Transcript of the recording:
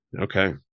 Okay